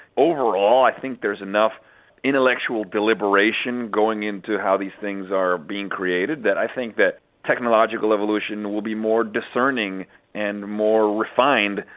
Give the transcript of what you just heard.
over all, i think there's enough intellectual deliberation going into how these things are being created. i think that technological evolution will be more discerning and more refined,